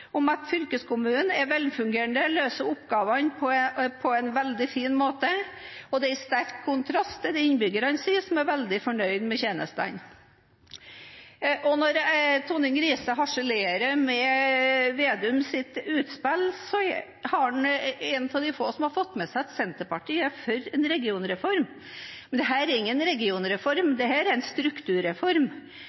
sagt, at fylkeskommunen er velfungerende og løser oppgavene på en veldig fin måte, og det er i sterk kontrast til det innbyggerne sier, som er veldig fornøyd med tjenestene. Når Tonning Riise harselerer med Slagsvold Vedums utspill, er han en av de få som har fått med seg at Senterpartiet er for en regionreform. Men dette er ingen regionreform. Dette er en strukturreform.